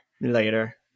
Later